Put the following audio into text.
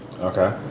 Okay